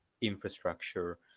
infrastructure